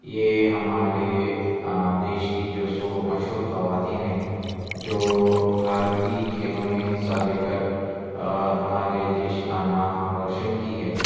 یہ ہمارے دیش کی جو سو مشہور خواتین ہیں جو بھارتی کھیلوں میں حصّہ لے کر ہمارے دیش کا نام روشن کی ہے